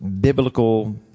biblical